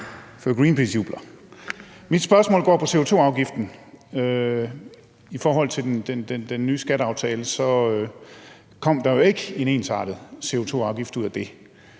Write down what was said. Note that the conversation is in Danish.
Mit spørgsmål går på CO2-afgiften. I forhold til den ny skatteaftale kom der jo ikke en ny CO2-afgift ud af den,